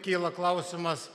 kyla klausimas